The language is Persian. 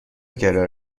قرار